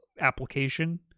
application